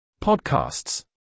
Podcasts